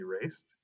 erased